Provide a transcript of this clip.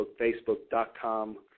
Facebook.com